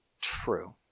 True